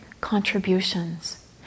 contributions